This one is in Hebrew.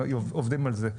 עובדים על זה.